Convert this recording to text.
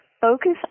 Focus